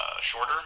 shorter